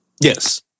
Yes